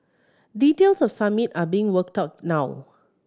details of Summit are being worked out now